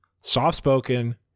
soft-spoken